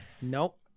nope